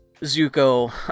Zuko